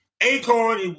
Acorn